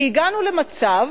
כי הגענו למצב